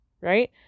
right